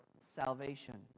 salvation